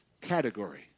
category